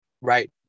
Right